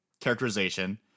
characterization